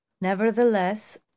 nevertheless